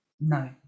no